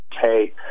hey